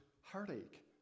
heartache